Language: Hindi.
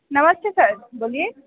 नमस्ते सर बोलिए